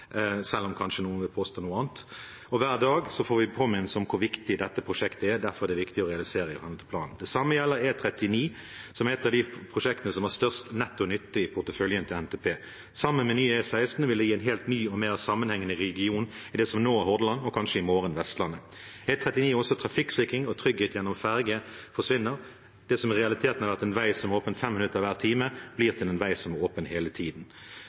selv om kanskje noen vil påstå noe annet, og hver dag får vi påminnelser om hvor viktig dette prosjektet er. Derfor er det viktig å realisere det i henhold til planen. Det samme gjelder E39, som er et av de prosjektene som har størst netto nytte i porteføljen til NTP. Sammen med ny E16 vil det gi en helt ny og mer sammenhengende region i det som nå er Hordaland, og som kanskje i morgen er Vestlandet. E39 gjelder også trafikksikring, og tryggheten gjennom ferge forsvinner. Det som i realiteten har vært en vei som er åpen i fem minutter hver time, blir til en vei som er åpen hele tiden.